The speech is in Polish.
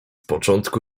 początku